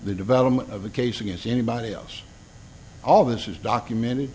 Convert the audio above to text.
the development of a case against anybody else all this is documented